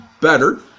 better